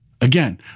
Again